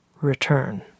return